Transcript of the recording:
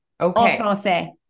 Okay